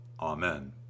Amen